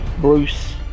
Bruce